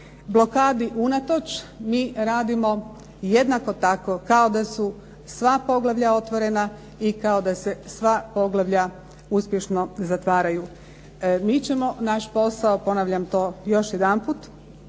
Blokadi unatoč mi radimo jednako tako kao da su sva poglavlja otvorena i kao da se sva poglavlja uspješno zatvaraju. Mi ćemo naš posao ponavljam to još jedan put